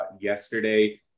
yesterday